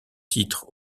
titre